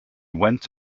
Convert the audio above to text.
went